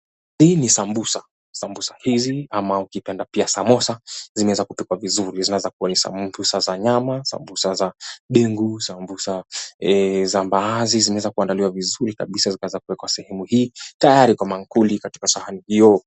Hii ni sambusa. Sambusa hizi ama ukipenda pia samosa zimeweza kupikwa vizuri. Zinaeza kuwa sambusa za nyama, sambusa za dengu, sambusa za mbaazi. Zimeweza kuandaliwa vizuri kabisa zikaweza kuwekwa sehemu hii tayari kwa maakuli katika sahani hiyo.